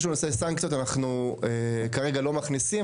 לנושא סנקציות אנחנו כרגע לא מכניסים.